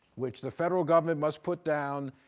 which the federal government must put down,